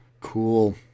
Cool